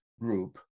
group